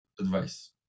advice